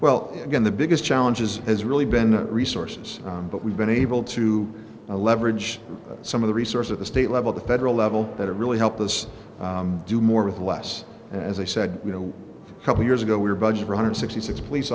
well again the biggest challenges has really been the resources but we've been able to leverage some of the resource at the state level the federal level that really help us do more with less as i said you know a couple years ago we were budget or hundred sixty six police